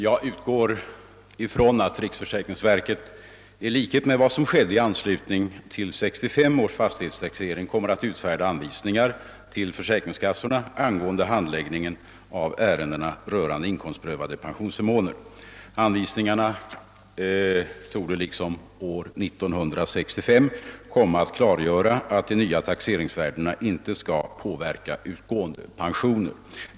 Jag utgår ifrån att riksförsäkringsverket, i likhet med vad som skedde i anslutning till 1965 års fastighetstaxering, kommer att utfärda anvisningar till försäkringskassorna angående handläggningen av ärenden rörande inkomstprövade pensionsförmåner. Anvisningarna torde, liksom år 1965, komma att klargöra att de nya taxeringsvärdena inte skall påverka utgående pensioner.